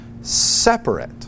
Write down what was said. separate